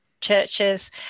churches